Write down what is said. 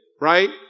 right